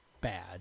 bad